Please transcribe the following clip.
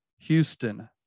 Houston